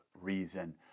reason